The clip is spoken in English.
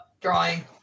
drawing